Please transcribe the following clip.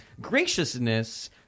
graciousness